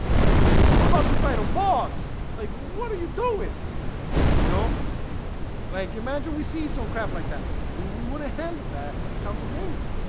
like i'm about to fight a boss like what are you doing? you know like imagine we see some crap like that. we we wouldn't handle that encounter gaming,